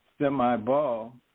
semi-ball